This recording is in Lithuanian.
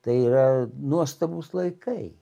tai yra nuostabūs laikai